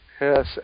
Yes